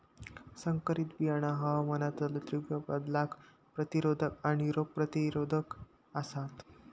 संकरित बियाणा हवामानातलो तीव्र बदलांका प्रतिरोधक आणि रोग प्रतिरोधक आसात